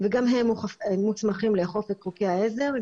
וגם הם מוסמכים לאכוף את חוקי העזר.